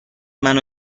منو